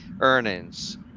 earnings